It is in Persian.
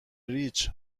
ریچ